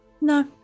no